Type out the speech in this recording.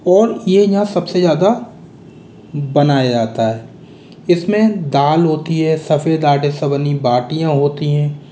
और यह यहाँ सबसे ज़्यादा बनाया जाता है इसमें दाल होती है सफ़ेद आटे से बनी बाटियाँ होती है